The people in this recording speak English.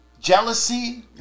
jealousy